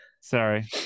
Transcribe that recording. Sorry